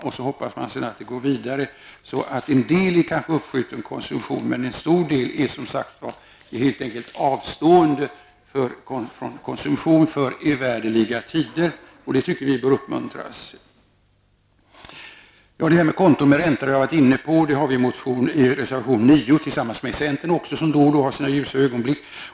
Man hoppas sedan att det förs vidare. En del är kanske uppskjuten konsumtion, men en stor del är helt enkelt avstående från konsumtion för evärdliga tider. Det tycker vi bör uppmuntras. Konton med räntor har jag varit inne på. Vi tar upp dem i reservation nr 9 tillsammans med centern, som då och då har sina ljusa ögonblick.